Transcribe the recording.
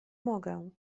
mogę